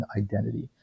identity